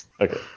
Okay